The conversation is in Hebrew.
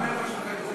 השופט רובינשטיין?